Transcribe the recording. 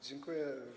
Dziękuję.